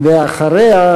ואחריה,